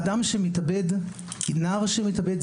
אדם או נער שמתאבד,